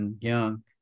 Young